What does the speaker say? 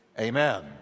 amen